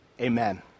amen